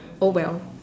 oh well